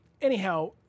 Anyhow